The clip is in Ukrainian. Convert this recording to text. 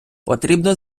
потрібно